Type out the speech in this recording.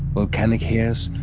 volcanic hairs,